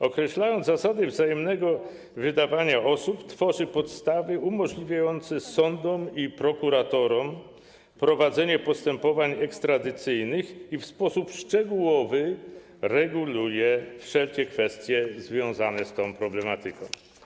Określając zasady wzajemnego wydawania osób, tworzy podstawy umożliwiające sądom i prokuratorom prowadzenie postępowań ekstradycyjnych i w sposób szczegółowy reguluje wszelkie kwestie związane z tą problematyką.